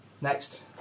next